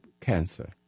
cancer